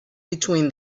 between